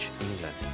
England